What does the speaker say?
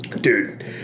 dude